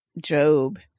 Job